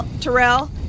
Terrell